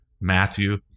Matthew